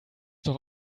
doch